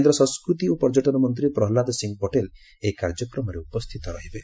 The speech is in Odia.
କେନ୍ଦ୍ର ସଂସ୍କୃତି ଓ ପର୍ଯ୍ୟଟନ ମନ୍ତ୍ରୀ ପ୍ରହଲ୍ଲାଦ ସିଂହ ପଟେଲ ଏହି କାର୍ଯ୍ୟକ୍ରମରେ ଉପସ୍ଥିତ ରହିବେ